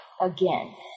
again